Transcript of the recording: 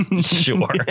Sure